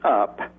up